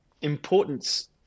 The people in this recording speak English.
importance